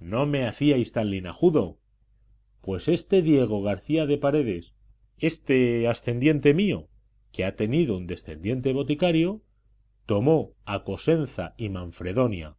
no me hacíais tan linajudo pues este diego garcía de paredes este ascendiente mío que ha tenido un descendiente boticario tomó a cosenza y manfredonia